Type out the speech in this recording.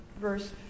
verse